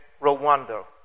Rwanda